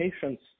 patients